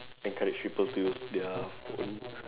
encourage people to use their phone